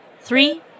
Three